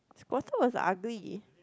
Squirtle was ugly